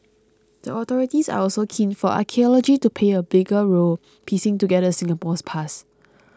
the authorities are also keen for archaeology to play a bigger role piecing together Singapore's past